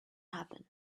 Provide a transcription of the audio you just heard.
happen